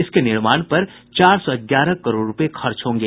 इसके निर्माण पर चार सौ ग्यारह करोड़ रूपये खर्च होंगे